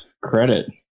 credit